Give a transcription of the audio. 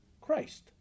Christ